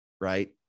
right